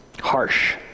harsh